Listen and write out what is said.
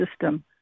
system